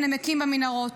שנמקים במנהרות,